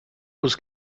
was